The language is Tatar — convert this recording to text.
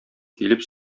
килеп